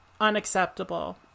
Unacceptable